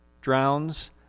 drowns